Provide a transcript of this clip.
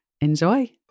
Enjoy